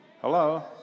Hello